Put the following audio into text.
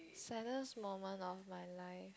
saddest moment of my life